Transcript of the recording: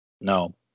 No